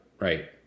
right